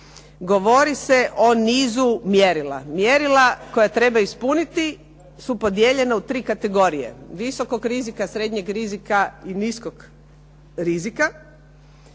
govori se o nizu mjerila. Mjerila koja treba ispuniti su podijeljena u tri kategorije. Visokog rizika, srednjeg rizika i niskog rizika